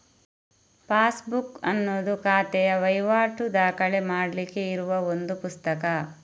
passbook ಅನ್ನುದು ಖಾತೆಯ ವೈವಾಟು ದಾಖಲೆ ಮಾಡ್ಲಿಕ್ಕೆ ಇರುವ ಒಂದು ಪುಸ್ತಕ